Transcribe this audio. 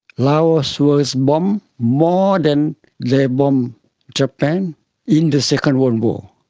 laos was bombed more than they bombed japan in the second world war.